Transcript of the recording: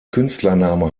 künstlername